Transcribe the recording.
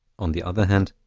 on the other hand,